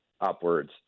upwards